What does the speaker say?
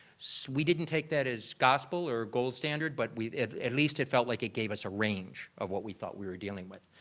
so we didn't take that as gospel or gold standard but at least, it felt like it gave us a range of what we thought we were dealing with.